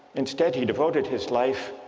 instead he devoted his life